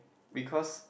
because